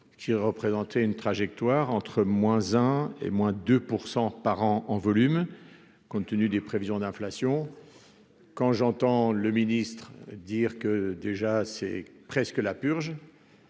qui représentait une trajectoire entre moins un et moins 2 % par an en volume, compte tenu des prévisions d'inflation quand j'entends le ministre dire que déjà c'est presque la purge.